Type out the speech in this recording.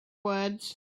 words